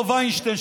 אותו וינשטיין,